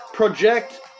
Project